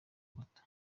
moto